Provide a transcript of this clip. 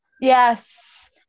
Yes